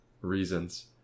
reasons